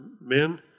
men